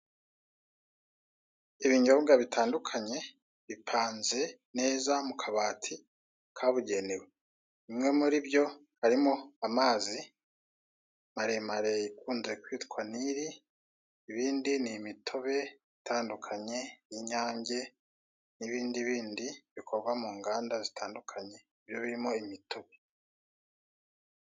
Ibinyobwa bitandukanye bipanze neza mu kabati kabugenewe, bimwe muri byo harimo amazi maremare akunze kwitwa niri, ibindi ni imitobe itandukanye y'Inyange n'ibindi bindi bikorwa mu nganda zitandukanye, biba birimo imitobe.